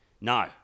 No